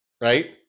Right